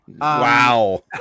wow